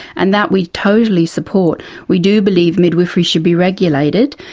and that we totally support we do believe midwifery should be regulated.